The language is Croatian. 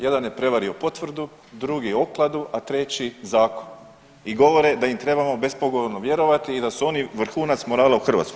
Jedan je prevario potvrdu, drugi okladu, a treći zakon i govore da im trebamo bespogovorno vjerovati i da su oni vrhunac morala u Hrvatskoj.